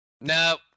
No